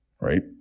right